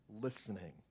listening